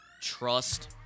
trust